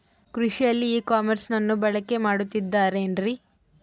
ಕೃಷಿಯಲ್ಲಿ ಇ ಕಾಮರ್ಸನ್ನ ಬಳಕೆ ಮಾಡುತ್ತಿದ್ದಾರೆ ಏನ್ರಿ?